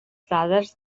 dades